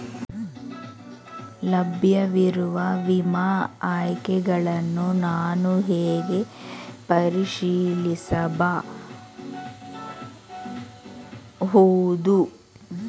ಲಭ್ಯವಿರುವ ವಿಮಾ ಆಯ್ಕೆಗಳನ್ನು ನಾನು ಹೇಗೆ ಪರಿಶೀಲಿಸಬಹುದು?